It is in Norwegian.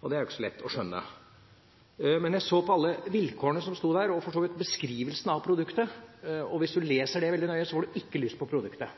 og det er ikke så lett å skjønne. Men jeg så på alle vilkårene som sto der, og for så vidt beskrivelsen av produktet, og hvis du leser det veldig nøye, får du ikke lyst på produktet.